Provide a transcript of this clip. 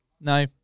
no